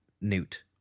Newt